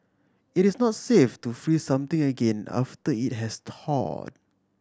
it is not safe to freeze something again after it has thawed